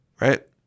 right